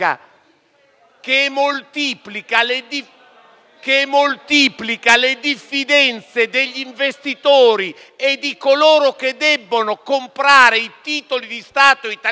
che moltiplica le diffidenze degli investitori e di coloro che devono comprare i titoli di Stato italiani,